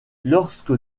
lorsque